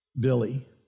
Billy